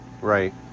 right